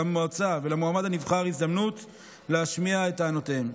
למועצה ולמועמד הנבחר הזדמנות להשמיע את טענותיהם.